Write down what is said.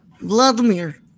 Vladimir